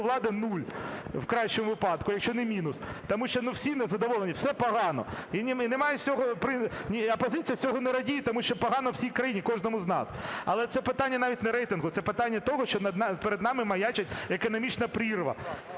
влади - нуль, в кращому випадку, якщо не мінус. Тому що, ну, всі не задоволені, все погано. Опозиція з цього не радіє, тому що погано всій країні, кожному з нас. Але це питання навіть не рейтингу, це питання того, що перед нами маячить економічна прірва.